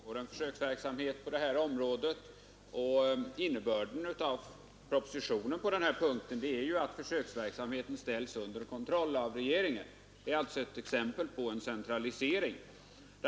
Herr talman! Vi känner väl till att det pågår en försöksverksamhet på detta område. Innebörden av propositionen på denna punkt är ju att försöksverksamheten skall ställas under kontroll av regeringen. Det är alltså ett exempel på en centralisering.